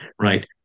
right